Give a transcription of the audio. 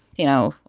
you know,